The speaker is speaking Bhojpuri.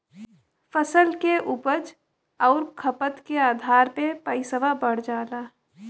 फसल के उपज आउर खपत के आधार पे पइसवा बढ़ जाला